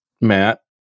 Matt